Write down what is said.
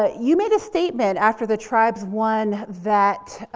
ah you made a statement after the tribes won that,